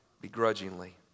begrudgingly